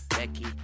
Becky